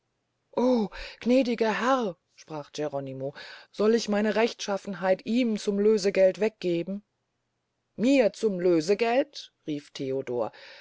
gnädiger herr sprach geronimo soll ich meine rechtschaffenheit ihm zum lösegeld weggeben mir zum lösegeld rief theodor